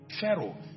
Pharaoh